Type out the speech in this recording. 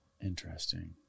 Interesting